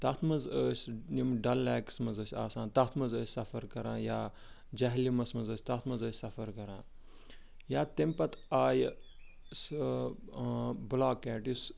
تَتھ مَنٛز ٲسۍ یِم ڈَل لیکَس مَنٛز ٲسۍ آسان تتھ مَنٛز ٲسۍ سَفَر کران یا جہلِمَس مَنٛز ٲسۍ تتھ مَنٛز ٲسۍ سَفَر کران یا تَمہِ پَتہٕ آیہِ سُہ بلوکیڈ یُس